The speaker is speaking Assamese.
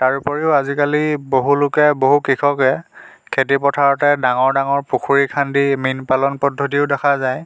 তাৰ উপৰিও আজিকালি বহু লোকে বহু কৃষকে খেতি পথাৰতে ডাঙৰ ডাঙৰ পুখুৰী খান্দি মীন পালন পদ্ধতিও দেখা যায়